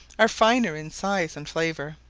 are finer in size and flavour.